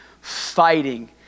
fighting